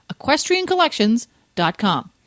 EquestrianCollections.com